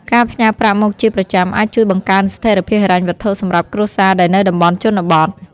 ការផ្ញើប្រាក់មកជាប្រចាំអាចជួយបង្កើនស្ថេរភាពហិរញ្ញវត្ថុសម្រាប់គ្រួសារដែលនៅតំបន់ជនបទ។